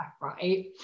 right